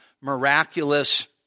miraculous